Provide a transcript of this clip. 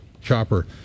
chopper